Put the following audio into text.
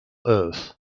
earth